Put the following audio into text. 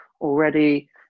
already